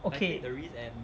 okay